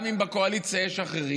גם אם בקואליציה יש אחרים,